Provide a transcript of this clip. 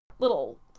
little